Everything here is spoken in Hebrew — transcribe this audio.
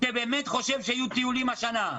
שהוא באמת חושב שיהיו טיולים השנה,